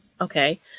okay